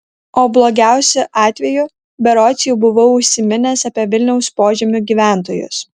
o blogiausiu atveju berods jau buvau užsiminęs apie vilniaus požemių gyventojus